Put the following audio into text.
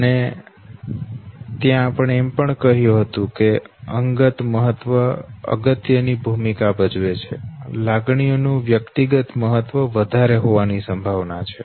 અને ત્યાં આપણે એમ પણ કહ્યું હતું કે અંગત મહત્વ અગત્ય ની ભૂમિકા ભજવે છે લાગણીઓ નું વ્યક્તિગત મહત્વ વધારે હોવાની સંભાવના છે